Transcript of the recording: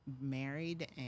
married